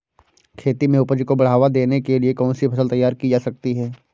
खेती में उपज को बढ़ावा देने के लिए कौन सी फसल तैयार की जा सकती है?